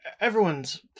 everyone's